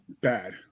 bad